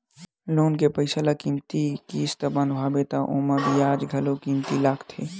loan के पइसा ल कमती किस्त बंधवाबे त ओमा बियाज घलो कमती लागथे